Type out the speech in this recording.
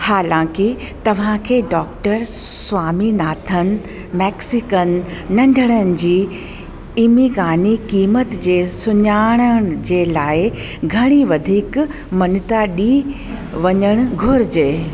हालांकि तव्हांखे डॉ स्वामीनाथन मैक्सिकन नंढड़नि जी इमिक़ानी क़ीमत खे सुञाणण जे लाइ घणी वधीक मञता ॾियणु घुर्जे